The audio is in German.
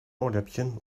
ohrläppchen